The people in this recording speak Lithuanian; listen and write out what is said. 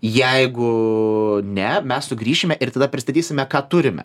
jeigu ne mes sugrįšime ir tada pristatysime ką turime